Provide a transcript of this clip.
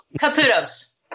Caputo's